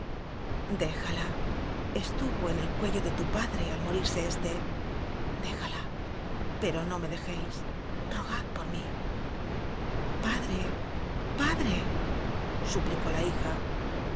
déjala estuvo en el cuello de tu padre al morirse éste déjala pero no me dejéis rogad por mí á adre padre suplicó la hija